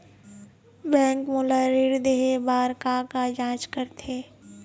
Bank मोला ऋण देहे बार का का जांच करथे?